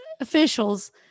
officials